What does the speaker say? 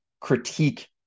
critique